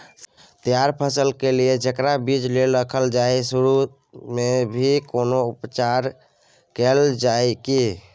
तैयार फसल के लिए जेकरा बीज लेल रखल जाय सुरू मे भी कोनो उपचार कैल जाय की?